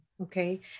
Okay